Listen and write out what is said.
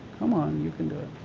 come on, you can do it.